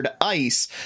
ice